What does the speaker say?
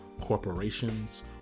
corporations